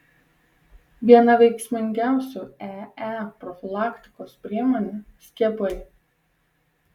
viena veiksmingiausių ee profilaktikos priemonė skiepai